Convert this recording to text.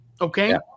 okay